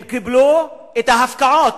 הם קיבלו את ההפתעות,